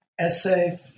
Essay